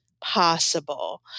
possible